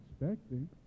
expecting